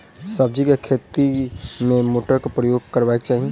सब्जी केँ खेती मे केँ मोटर केँ प्रयोग करबाक चाहि?